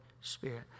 Spirit